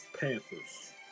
Panthers